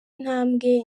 ntambwe